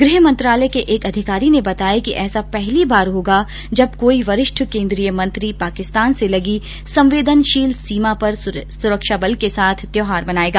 गृह मंत्रालय के एक अधिकारी ने बताया कि ऐसा पहली बार होगा जब कोई वरिष्ठ केन्द्रीय मंत्री पाकिस्तान से लगी संवेदनशील सीमा पर सुरक्षा बलों के साथ त्यौाहार मनाएगा